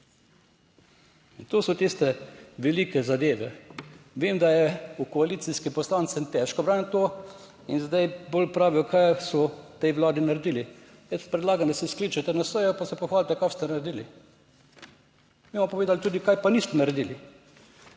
In to so tiste velike zadeve. Vem, da je koalicijskim poslancem težko braniti to in zdaj bolj pravijo kaj so v tej Vladi naredili. Jaz predlagam, da se skličete na sejo pa se pohvalite kaj ste naredili. Mi bomo povedali tudi kaj pa niste naredili.